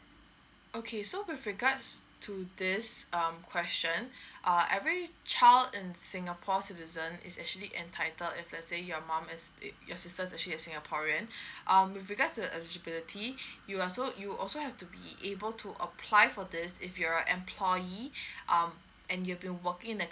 okay so with regards to this um question err every child in singapore citizen is actually entitled if let's say your mom is your sister is actually a singaporean um with regards to the eligibility you are so you also have to be able to apply for this if you're employee um and you've been working at the